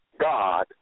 God